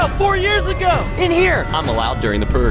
ah four years ago in here! i'm allowed during the